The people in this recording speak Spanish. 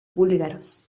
búlgaros